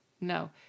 no